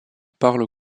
parle